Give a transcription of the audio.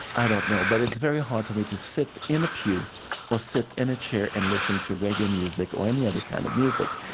i don't know. but it's very hard for me to sit in a pew or sit in a chair and listen to reggae music or any other kind of music.